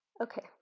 Okay